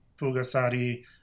Pugasari